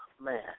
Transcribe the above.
Man